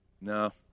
No